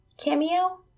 cameo